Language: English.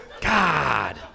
God